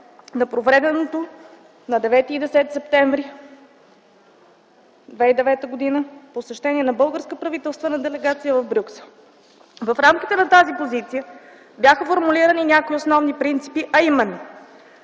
на проведеното на 9 и 10 септември 2009 г. посещение на българска правителствена делегация в Брюксел. В рамките на тази позиция бяха формулирани някои основни принципи, а именно: